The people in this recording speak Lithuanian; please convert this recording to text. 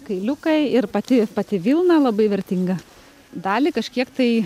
kailiukai ir pati pati vilna labai vertinga dalį kažkiek tai